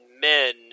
men